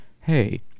hey